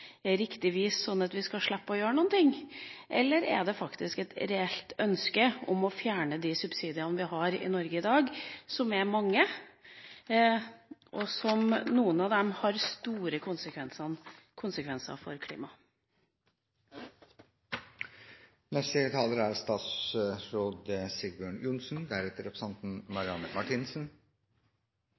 sånn at vi skal slippe å gjøre noe, eller er det faktisk et reelt ønske om å fjerne de subsidiene vi har i Norge i dag? Vi har mange subsidier, og noen av dem har store konsekvenser for klimaet. Det er